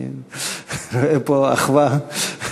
אני רואה פה אחווה.